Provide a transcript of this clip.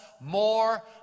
more